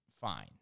fine